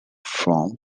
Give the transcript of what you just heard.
from